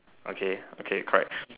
okay okay correct